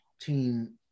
team